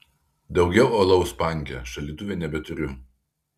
daugiau alaus panke šaldytuve nebeturiu